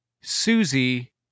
Susie